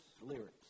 lyrics